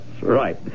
right